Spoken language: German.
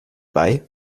bei